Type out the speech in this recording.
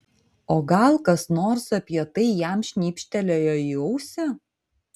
o gal kas nors apie tai jam šnibžtelėjo į ausį